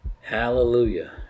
Hallelujah